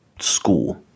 school